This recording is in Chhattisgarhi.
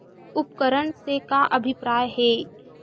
उपकरण से का अभिप्राय हे?